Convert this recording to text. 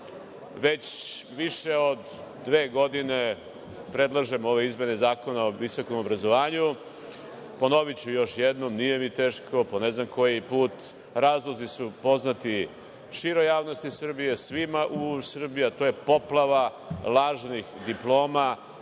više od dve godine predlažem ove izmene Zakona o visokom obrazovanju. Ponoviću još jednom, nije mi teško, po ne znam koji put, razlozi su poznati, šira javnost Srbije, svima u Srbiji, a to je poplava lažnih diploma,